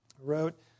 wrote